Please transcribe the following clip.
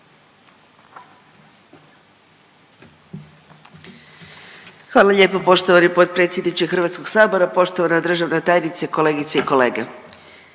Hvala lijepo poštovani potpredsjedniče Hrvatskog sabora, poštovana državna tajnice, kolegice i kolege.